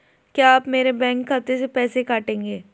क्या आप मेरे बैंक खाते से पैसे काटेंगे?